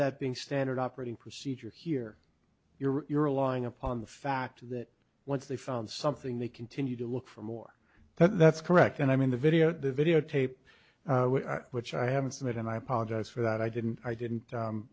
that being standard operating procedure here you're lying upon the fact that once they found something they continue to look for more that's correct and i mean the video the videotape which i haven't seen it and i apologize for that i didn't i didn't